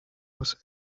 was